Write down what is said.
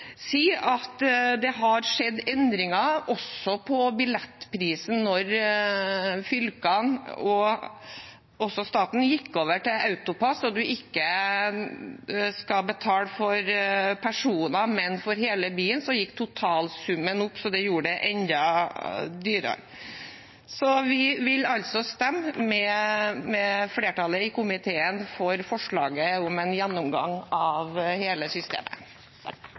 skjedd endringer også i billettprisen. Da fylkene og staten gikk over til AutoPASS og man ikke skal betale for personer, men for hele bilen, gikk totalsummen opp og gjorde det enda dyrere. Vi vil altså stemme med flertallet i komiteen for forslaget om en gjennomgang av hele systemet.